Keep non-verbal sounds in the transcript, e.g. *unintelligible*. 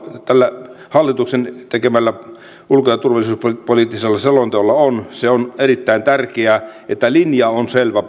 tällä hallituksen tekemällä ulko ja turvallisuuspoliittisella selonteolla on on erittäin tärkeä että politiikalla on selvä *unintelligible*